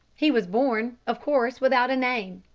he was born, of course, without a name.